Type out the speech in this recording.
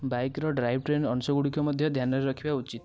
ବାଇକ୍ର drive train ଅଂଶଗୁଡ଼ିକୁ ମଧ୍ୟ ଧ୍ୟାନରେ ରଖିବା ଉଚିତ